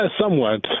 Somewhat